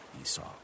Esau